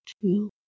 true